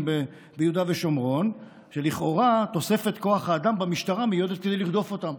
ביהודה ושומרון שלכאורה תוספת כוח האדם במשטרה מיועדת לרדוף אותם.